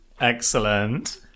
Excellent